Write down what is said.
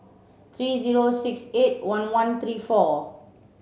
three zero six eight one one three four